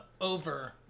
over